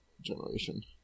generation